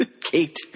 Kate